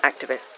activists